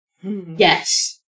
Yes